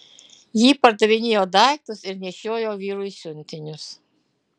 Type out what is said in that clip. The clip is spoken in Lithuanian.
ji pardavinėjo daiktus ir nešiojo vyrui siuntinius